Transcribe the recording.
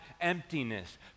emptiness